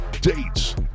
dates